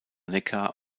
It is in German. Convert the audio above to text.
neckar